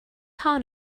hon